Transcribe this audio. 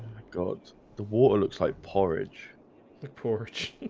god, the water looks like porridge the porch